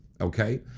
okay